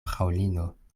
fraŭlino